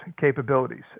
capabilities